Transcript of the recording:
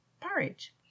porridge